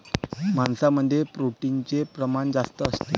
मांसामध्ये प्रोटीनचे प्रमाण जास्त असते